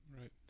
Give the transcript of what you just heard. Right